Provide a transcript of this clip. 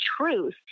truth